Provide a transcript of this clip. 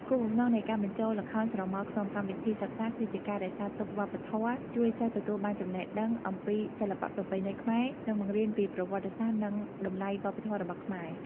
គោលបំណងនៃការបញ្ចូលល្ខោនស្រមោលក្នុងកម្មវិធីសិក្សាគឺជាការរក្សាទុកវប្បធម៌ ជួយសិស្សទទួលបានចំណេះដឹងអំពីសិល្បៈប្រពៃណីខ្មែរ និងបង្រៀនពីប្រវត្តិសាស្ត្រនិងតម្លៃវប្ប ធម៌របស់ខ្មែរ។